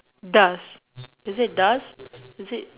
does is it does